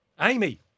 Amy